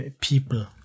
people